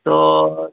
ᱛᱳ